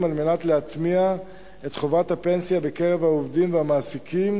על מנת להטמיע את חובת הפנסיה בקרב העובדים והמעסיקים,